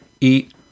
Eat